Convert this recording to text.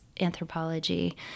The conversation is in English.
anthropology